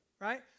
right